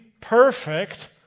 perfect